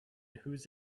whose